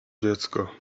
dziecko